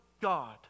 God